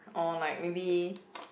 or like maybe